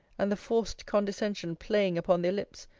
and the forced condescension playing upon their lips,